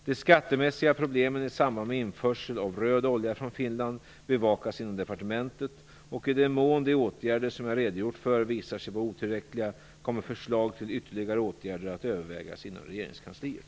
De skattemässiga problemen i samband med införsel av röd olja från Finland bevakas inom departementet. I den mån de åtgärder som jag redogjort för visar sig vara otillräckliga, kommer förslag till ytterligare åtgärder att övervägas inom regeringskansliet.